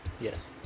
Yes